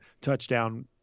touchdown